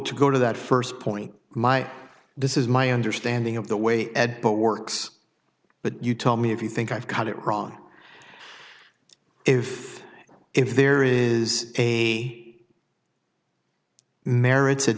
to go to that st point my this is my understanding of the way ed but works but you told me if you think i've got it wrong if if there is a merits a